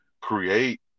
create